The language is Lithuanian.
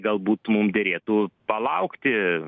galbūt mum derėtų palaukti